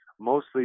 mostly